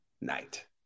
night